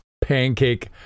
Pancake